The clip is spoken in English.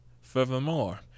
Furthermore